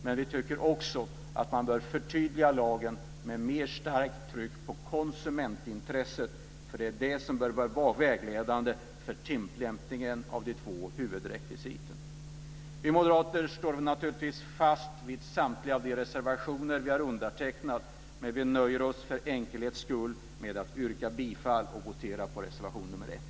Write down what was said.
Man bör också förtydliga lagen och starkare betona konsumentintresset. Det bör vara vägledande för tillämpningen av de två huvudrekvisiten. Vi moderater står naturligtvis fast vid samtliga de reservationer vi har undertecknat. Men vi nöjer oss för enkelhetens skull med att yrka bifall till och votera på reservation 1.